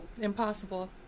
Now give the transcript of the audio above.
Impossible